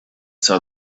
saw